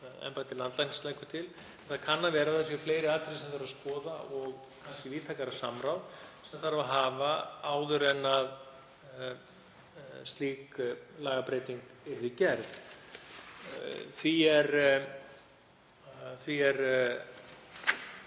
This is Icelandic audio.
embætti landlæknis leggur til, að það séu fleiri atriði sem þarf að skoða og kannski víðtækara samráð sem þarf að hafa áður en að slík lagabreyting við gerð. Því er